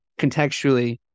Contextually